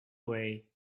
away